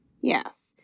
Yes